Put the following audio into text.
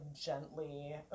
gently